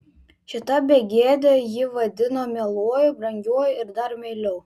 šita begėdė jį vadino mieluoju brangiuoju ir dar meiliau